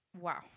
Wow